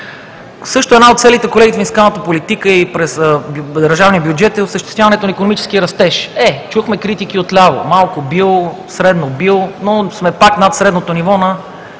Също една от целите, колеги, на фискалната политика и през държавния бюджет е осъществяването на икономически растеж. Е, чухме критики отляво – малко бил, средно бил, но сме пак над средното ниво на